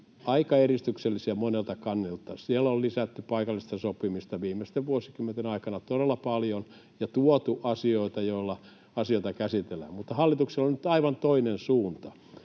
aika edistyksellisiä monelta kannalta. Siellä on lisätty paikallista sopimista viimeisten vuosikymmenten aikana todella paljon ja tuotu asioita, joilla asioita käsitellään. Mutta hallituksella on nyt aivan toinen suunta.